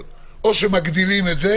אנחנו נאשר היום את התקנות,